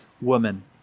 woman